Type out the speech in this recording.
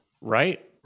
Right